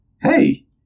Hey